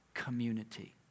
community